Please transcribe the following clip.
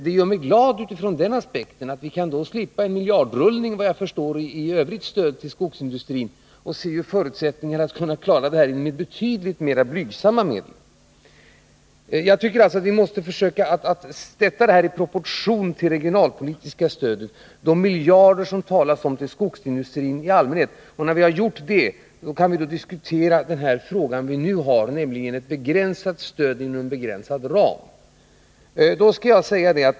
Det gör mig glad utifrån den aspekten att vi då såvitt jag förstår kan slippa en miljardrullning för övrigt stöd till skogsindustrin och har förutsättningar att klara denna med betydligt mera blygsamma medel. Jag tycker alltså att vi måste försöka se de miljarder till skogsindustrin i allmänhet, vilka det talas om, i proportion till det regionalpolitiska stödet. När vi gjort det, kan vi diskutera den fråga det nu gäller, nämligen ett tämligen måttligt stöd inom en begränsad ram.